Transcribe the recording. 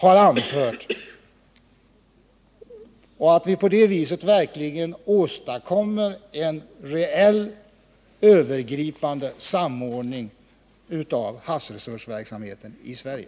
På det viset kan vi verkligen åstadkomma en reell övergripande samordning av havsresursverksamheten i Sverige.